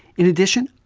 in addition,